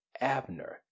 Abner